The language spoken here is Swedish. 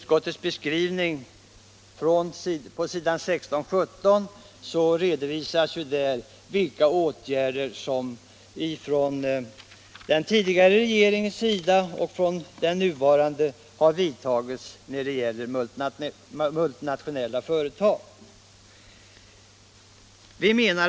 16-21 i betänkandet redovisas vilka åtgärder den tidigare och den nuvarande regeringen har vidtagit när det gäller de multinationella företagen.